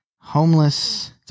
Homeless